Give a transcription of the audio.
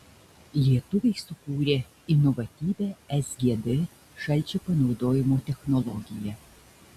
lietuviai sukūrė inovatyvią sgd šalčio panaudojimo technologiją